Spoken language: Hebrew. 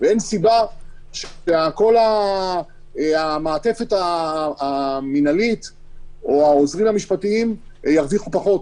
ואין סיבה שכל המעטפת המינהלית או העוזרים המשפטיים ירוויחו פחות.